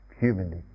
humanly